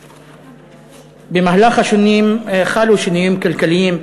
במהלך השנים חלו שינויים כלכליים,